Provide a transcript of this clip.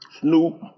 Snoop